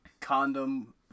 condom